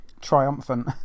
triumphant